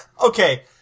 Okay